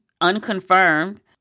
unconfirmed